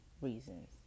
reasons